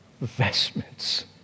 vestments